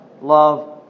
love